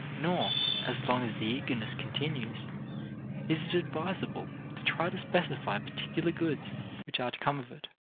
nor as long as the eagerness continues is it advisable to try to specify particular goods which are to come of it.